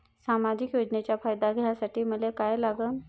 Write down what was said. सामाजिक योजनेचा फायदा घ्यासाठी मले काय लागन?